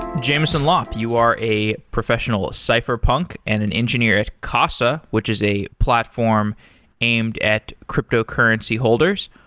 jameson lopp, you are a professional cypherpunk and an engineer at casa, which is a platform aimed at cryptocurrency holders.